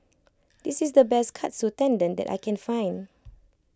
this is the best Katsu Tendon that I can find